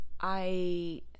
I-